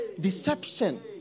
deception